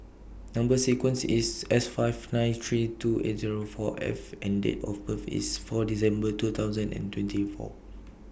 Number sequence IS S five nine three two eight Zero four F and Date of birth IS four December two thousand and twenty four